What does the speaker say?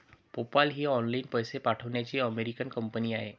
PayPal ही online पैसे पाठवण्याची अमेरिकन कंपनी आहे